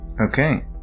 Okay